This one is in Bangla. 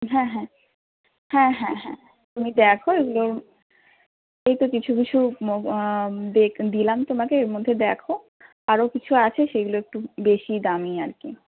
হ্যাঁ হ্যাঁ হ্যাঁ হ্যাঁ হ্যাঁ তুমি দেখো এগুলো এই তো কিছু কিছু দেখ দিলাম তোমাকে এর মধ্যে দেখো আরো কিছু আছে সেইগুলো একটু বেশি দামি আর কি